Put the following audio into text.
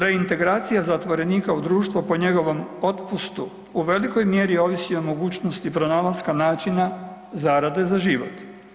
Reintegracija zatvorenika u društvo po njegovom otpustu u velikoj mjeri ovisi o mogućnosti pronalaska način zarade za život.